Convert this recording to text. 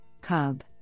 CUB